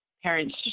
parents